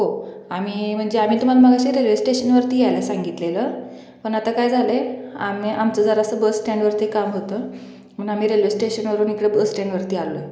हो आम्ही म्हणजे आम्ही तुम्हाला मघाशी रेल्वेस्टेशनवरती यायला सांगितलेलं पण आता काय झालं आहे आम्ही आमचं जरासं बसस्टँडवरती काम होतं म्हणून आम्ही रेल्वेस्टेशनवरून इकडे बसस्टँडवरती आलो आहे